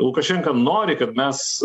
lukašenka nori kad mes